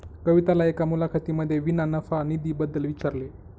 कविताला एका मुलाखतीमध्ये विना नफा निधी बद्दल विचारले